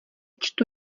čtu